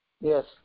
Yes